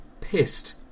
pissed